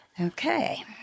Okay